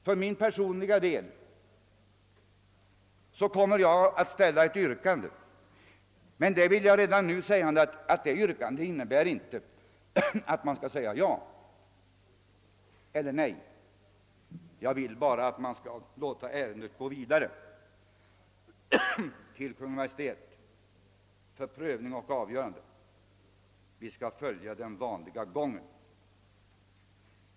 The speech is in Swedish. För min personliga del kommer jag att ställa ett yrkande, men redan nu vill jag framhålla att detta inte innebär att man skall säga ja eller nej. Jag vill bara att ärendet skall gå vidare till Kungl. Maj:t för prövning och avgörande, vi skall låta saken ha sin vanliga gång.